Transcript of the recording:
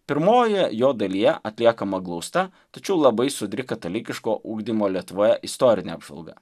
pirmojoje jo dalyje atliekama glausta tačiau labai sodri katalikiško ugdymo lietuvoje istorinė apžvalga